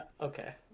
Okay